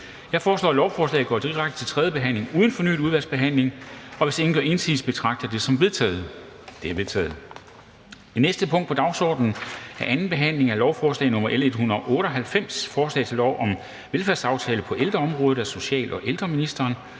Jeg foreslår, at lovforslaget går direkte til tredje behandling uden fornyet udvalgsbehandling. Hvis ingen gør indsigelse, betragter jeg det som vedtaget. Det er vedtaget. --- Det næste punkt på dagsordenen er: 13) 2. behandling af lovforslag nr. L 198: Forslag til lov om velfærdsaftaler på ældreområdet. Af social- og ældreministeren